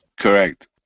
Correct